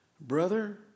brother